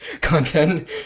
content